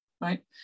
right